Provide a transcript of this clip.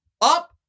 up